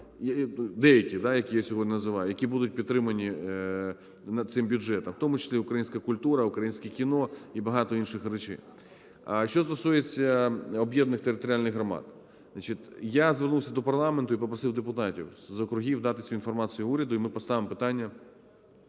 деякі, які я сьогодні називаю, які будуть підтримані цим бюджетом, в тому числі українська культура, українське кіно і багато інших речей. Що стосується об’єднаних територіальних громад. Я звернувся до парламенту і попросив депутатів з округів дати цю інформацію уряду, і ми поставимо питання